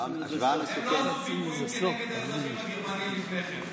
הם לא עשו פיגועים כנגד האזרחים הגרמנים לפני כן.